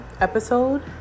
episode